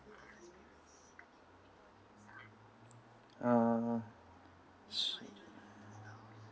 um